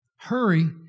Hurry